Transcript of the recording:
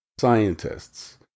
scientists